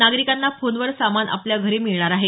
नागरिकांना फोनवर सामान आपल्या घरी मिळणार आहे